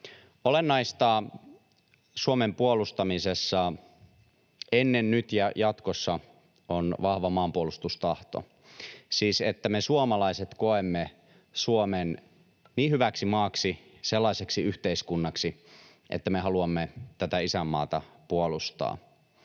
Olennaista Suomen puolustamisessa ennen, nyt ja jatkossa on vahva maanpuolustustahto, siis että me suomalaiset koemme Suomen niin hyväksi maaksi, sellaiseksi yhteiskunnaksi, että me haluamme tätä isänmaata puolustaa.